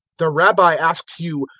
the rabbi asks you,